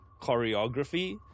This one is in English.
choreography